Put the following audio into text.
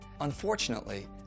Unfortunately